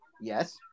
yes